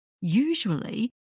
Usually